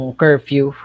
curfew